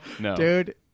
dude